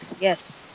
Yes